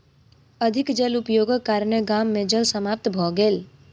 अधिक जल उपयोगक कारणेँ गाम मे जल समाप्त भ गेल